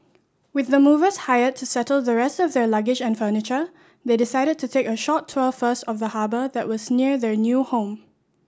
with the movers hired to settle the rest of their luggage and furniture they decided to take a short tour first of the harbour that was near their new home